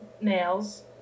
nails